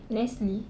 nasally